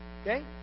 okay